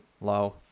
low